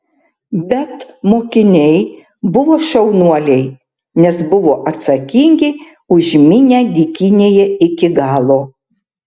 bet mokiniai buvo šaunuoliai nes buvo atsakingi už minią dykynėje iki galo